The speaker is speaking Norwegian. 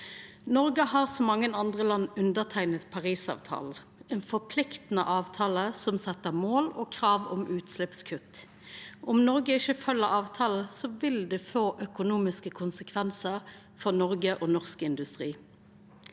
Noreg har som mange andre land underteikna Parisavtalen, ein forpliktande avtale som set mål og krav om utsleppskutt. Om Noreg ikkje følgjer avtalen, vil det få økonomiske konsekvensar for Noreg og norsk industri.